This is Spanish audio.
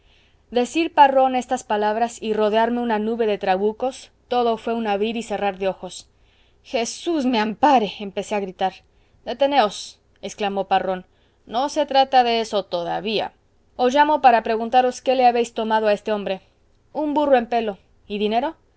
decir parrón estas palabras y rodearme una nube de trabucos todo fué un abrir y cerrar de ojos jesús me ampare empecé a gritar deteneos exclamó parrón no se trata de eso todavía os llamo para preguntaros qué le habéis tomado a este hombre un burro en pelo y dinero